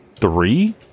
three